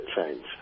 change